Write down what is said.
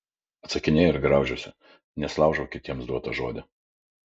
atsakinėju ir graužiuosi nes laužau kitiems duotą žodį